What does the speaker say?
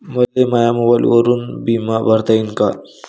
मले माया मोबाईलवरून बिमा भरता येईन का?